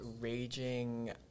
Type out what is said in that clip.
raging